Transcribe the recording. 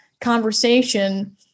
conversation